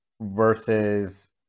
versus